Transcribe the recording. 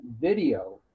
video